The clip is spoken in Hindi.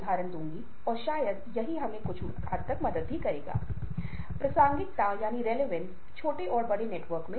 प्रेरणा जैसा कि आप जानते हैं कि यह काम करने का जुनून है और जो पैसे और स्थिति से परे है